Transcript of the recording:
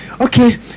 Okay